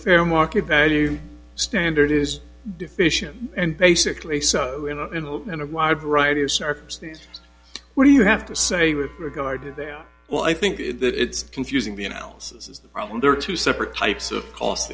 fair market value standard is deficient and basically so and a wide variety of circumstances where you have to say with regard to them well i think that it's confusing the analysis is the problem there are two separate types of cost